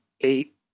eight